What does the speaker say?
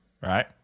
right